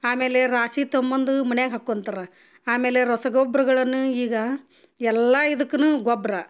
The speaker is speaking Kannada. ಆಮೇಲೆ ರಾಶಿ ತಗೊಬಂದು ಮನ್ಯಾಗ ಹಾಕೊಂತರ ಆಮೇಲೆ ರಸಗೊಬ್ಬರಗಳನ್ನು ಈಗ ಎಲ್ಲಾ ಇದಕ್ಕುನು ಗೊಬ್ಬರ